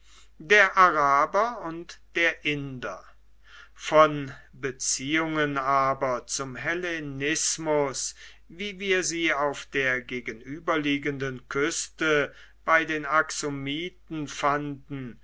der araber und der inder von beziehungen aber zum hellenismus wie wir sie auf der gegenüberliegenden küste bei den axomiten fanden